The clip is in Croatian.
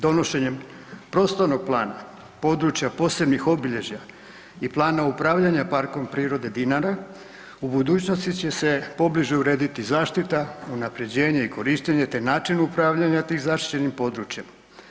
Donošenjem prostornog plana područja posebnih obilježja i plana upravljanja PP „Dinara“, u budućnosti će se pobliže urediti zaštita, unaprjeđenje i korištenje te način upravljanja tim zaštićenim područjem.